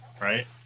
right